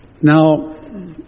Now